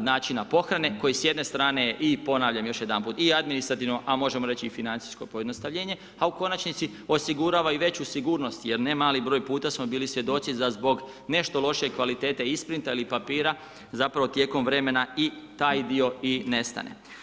načina pohrane, koji s jedne strane, i ponavljam još jedanput, i administrativno, a možemo reći i financijsko pojednostavljenje, a u konačnici osigurava i veću sigurnost, jer nemali broj puta smo bili svjedoci da zbog nešto lošije kvalitete isprinta ili papira, zapravo tijekom vremena i taj dio i nestane.